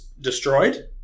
destroyed